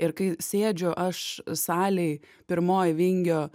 ir kai sėdžiu aš salėj pirmoj vingio